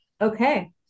okay